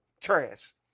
Trash